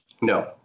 no